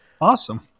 Awesome